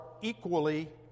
equally